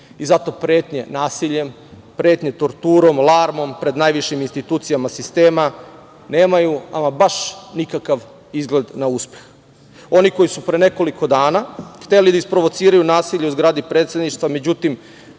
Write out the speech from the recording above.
Zato pretnje nasiljem, pretnje torturom, larmom pred najvišim institucijama sistema nemaju ama baš nikakav izgled na uspeh. Oni koji su pre nekoliko dana hteli da isprovociraju nasilje u zgradi predsedništva, međutim